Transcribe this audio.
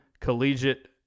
collegiate